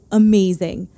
amazing